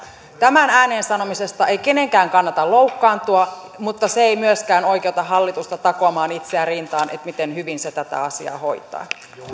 tämän ääneen sanomisesta ei kenenkään kannata loukkaantua mutta se ei myöskään oikeuta hallitusta takomaan itseään rintaan että miten hyvin se tätä asiaa hoitaa